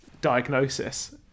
diagnosis